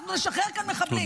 אנחנו נשחרר כאן מחבלים.